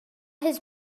has